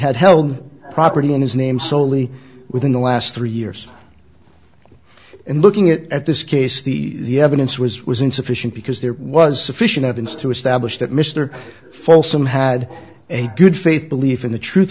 had held property in his name solely within the last three years in looking at this case the evidence was was insufficient because there was sufficient evidence to establish that mr folsom had a good faith belief in the truth